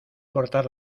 cortar